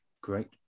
Great